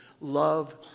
love